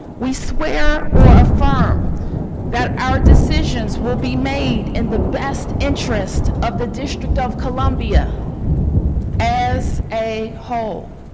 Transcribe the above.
we swear or affirm that our decisions will be made in the best interests of the district of columbia as a whole.